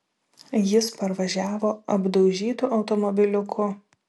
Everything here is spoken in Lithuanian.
jis parvažiavo apdaužytu automobiliuku